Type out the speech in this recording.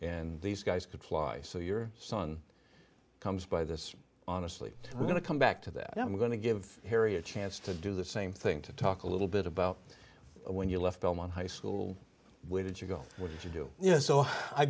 of these guys could fly so your son comes by this honestly we're going to come back to that i'm going to give harry a chance to do the same thing to talk a little bit about when you left belmont high school where did you go to do you know so i